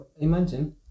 imagine